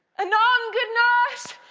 and um good nurse!